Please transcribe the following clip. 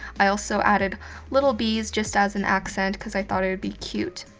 i also added little bees just as an accent cause i thought it would be cute.